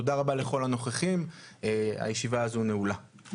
תודה רבה לכל הנוכחים, הישיבה הזו נעולה.